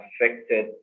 affected